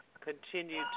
Continue